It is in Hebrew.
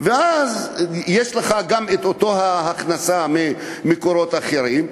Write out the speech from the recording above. ואז יש לך גם את אותה ההכנסה ממקורות אחרים,